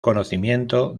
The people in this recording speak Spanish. conocimiento